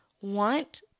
want